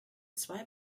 zwei